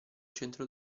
centro